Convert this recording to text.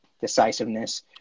decisiveness